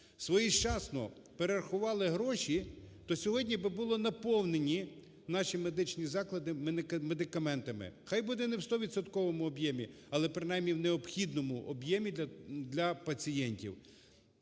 своєчасно перерахувало гроші, то сьогодні були би наповнені наші медичні заклади медикаментами. Хай буде не у стовідсотковому об'ємі, але принаймні в необхідному об'ємі для пацієнтів.